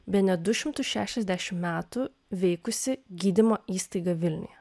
bene du šimtus šešiasdešimt metų veikusi gydymo įstaiga vilniuje